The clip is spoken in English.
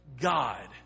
God